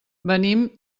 venim